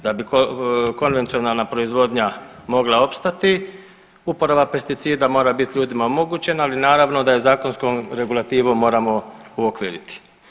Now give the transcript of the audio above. Da bi konvencionalna proizvodnja mogla opstati uporaba pesticida mora biti ljudima omogućena ali naravno da je zakonskom regulativom moramo uokviriti.